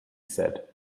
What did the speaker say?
said